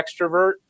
extrovert